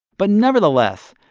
but nevertheless,